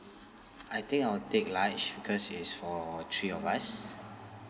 I think I'll take large because it's for three of us